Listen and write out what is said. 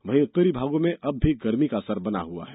वही उत्तरी भागों में अब भी गर्मी का असर बना हुआ है